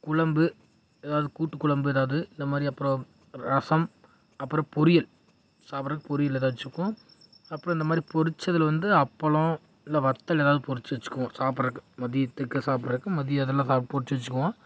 குழம்பு ஏதாவது கூட்டு குழம்பு ஏதாவது இந்த மாதிரி அப்புறம் ரசம் அப்புறம் பொரியல் சாப்பிட்றதுக்கு பொரியல் ஏதாச்சுக்கும் அப்புறம் இந்த மாதிரி பொரிச்சதில் வந்து அப்பளம் இல்லை வற்றல் ஏதாவது பொரித்து வச்சுக்குவோம் சாப்பிட்றதுக்கு மதியத்துக்கு சாப்பிட்றதுக்கு மதியம் இதெல்லாம் பொரித்து வச்சுக்குவோம்